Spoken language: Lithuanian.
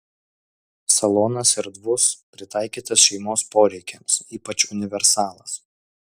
salonas erdvus pritaikytas šeimos poreikiams ypač universalas